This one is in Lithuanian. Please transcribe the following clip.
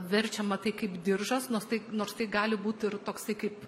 verčiama tai kaip diržas nors tai nors tai gali būt ir toksai kaip